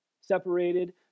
Separated